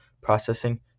processing